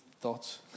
thoughts